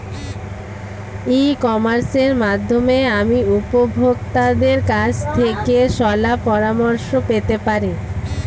ই কমার্সের মাধ্যমে আমি উপভোগতাদের কাছ থেকে শলাপরামর্শ পেতে পারি?